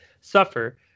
suffer